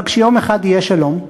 אבל כשיום אחד יהיה שלום,